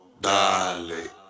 dale